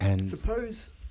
Suppose